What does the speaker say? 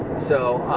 so,